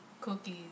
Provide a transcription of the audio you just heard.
cookies